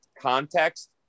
context